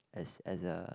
as as a